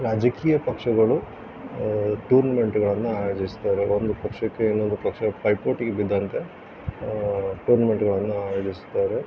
ರಾಜಕೀಯ ಪಕ್ಷಗಳು ಟೂರ್ನಮೆಂಟ್ಗಳನ್ನು ಆಯೋಜಿಸುತ್ತಾರೆ ಒಂದು ಪಕ್ಷಕ್ಕೆ ಇನ್ನೊಂದು ಪಕ್ಷ ಪೈಪೋಟಿಗೆ ಬಿದ್ದಂತೆ ಟೂರ್ನಮೆಂಟ್ಗಳನ್ನ ಆಯೋಜಿಸುತ್ತಾರೆ